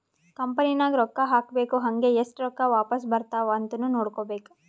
company ನಾಗ್ ರೊಕ್ಕಾ ಹಾಕ್ಬೇಕ್ ಹಂಗೇ ಎಸ್ಟ್ ರೊಕ್ಕಾ ವಾಪಾಸ್ ಬರ್ತಾವ್ ಅಂತ್ನು ನೋಡ್ಕೋಬೇಕ್